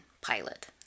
pilot